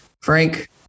Frank